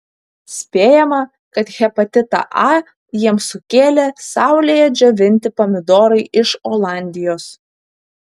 spėjama kad hepatitą a jiems sukėlė saulėje džiovinti pomidorai iš olandijos